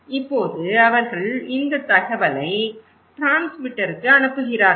இப்போது அவர்கள் இந்த தகவலை டிரான்ஸ்மிட்டருக்கு அனுப்புகிறார்கள்